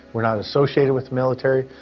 we're not associated with military.